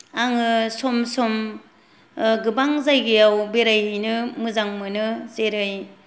आङो सम सम गोबां जायगायाव बेरायहैनो मोजां मोनो जेरै